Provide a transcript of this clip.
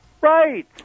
Right